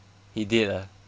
he did ah